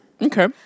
Okay